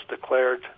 declared